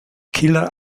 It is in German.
killer